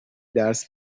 درس